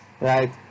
right